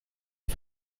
die